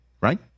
right